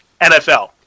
NFL